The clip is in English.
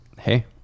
hey